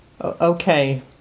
Okay